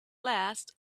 last